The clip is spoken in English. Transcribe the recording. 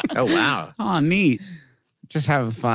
oh, wow aw, neat just having fun.